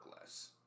less